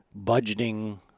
budgeting